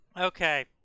okay